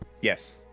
yes